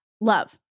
Love